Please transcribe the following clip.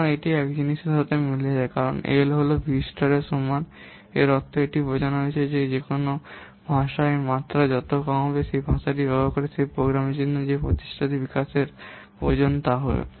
সুতরাং এটি এই জিনিসের সাথে মিলে যায় কারণ L হল V স্টার সমান এর অর্থ এটি বোঝানো হয়েছে যে কোনও ভাষার মাত্রা যত কম হয় সেই ভাষাটি ব্যবহার করে সেই প্রোগ্রামটির জন্য যে প্রচেষ্টাটি বিকাশের প্রয়োজন তা হবে